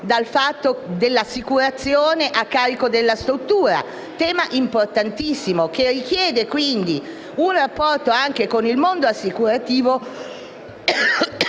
che pone l'assicurazione a carico della struttura, tema importantissimo che richiede un rapporto, anche con il mondo assicurativo,